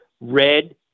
red